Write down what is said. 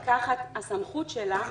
המפקחת, הסמכות שלה,